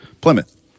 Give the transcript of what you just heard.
Plymouth